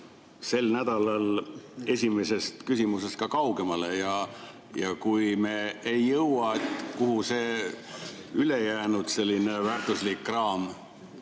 sel nädalal esimesest küsimusest kaugemale? Kui me ei jõua, siis kuhu see ülejäänud väärtuslik kraam